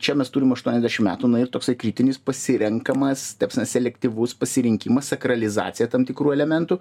čia mes turim aštuoniasdešim metų na ir toksai kritinis pasirenkamas ta prasme selektyvus pasirinkimas sakralizacija tam tikrų elementų